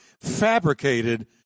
fabricated